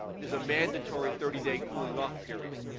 there's a mandatory thirty day cooling-off period.